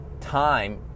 time